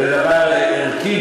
זה דבר ערכי.